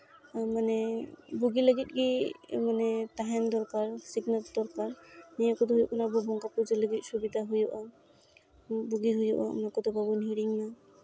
ᱢᱟᱱᱮ ᱵᱩᱜᱤ ᱞᱟᱹᱜᱤᱫ ᱜᱮ ᱢᱟᱱᱮ ᱛᱟᱦᱮᱱ ᱫᱚᱨᱠᱟᱨ ᱥᱤᱠᱷᱱᱟᱹᱛ ᱫᱚᱨᱠᱟᱨ ᱱᱤᱭᱟᱹ ᱠᱚᱫᱚ ᱦᱩᱭᱩᱜ ᱠᱟᱱᱟ ᱟᱵᱚ ᱵᱚᱸᱜᱟ ᱯᱩᱡᱟᱹ ᱞᱟᱹᱜᱤᱫ ᱥᱩᱵᱤᱫᱷᱟ ᱦᱩᱭᱩᱜᱼᱟ ᱢᱤᱫᱜᱮ ᱦᱩᱭᱩᱜᱼᱟ ᱚᱱᱟ ᱠᱚᱫᱚ ᱵᱟᱵᱚᱱ ᱦᱤᱲᱤᱧᱟ